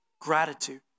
gratitude